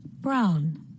Brown